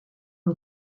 een